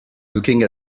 looking